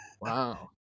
Wow